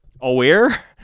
aware